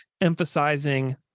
emphasizing